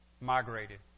migrated